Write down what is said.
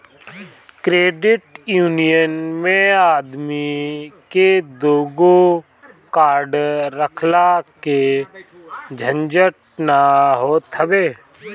credit union मे आदमी के दूगो कार्ड रखला के झंझट ना होत हवे